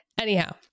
Anyhow